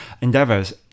endeavors